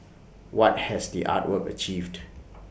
what has the art work achieved